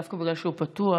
דווקא בגלל שהוא פתוח,